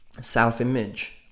self-image